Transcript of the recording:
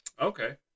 Okay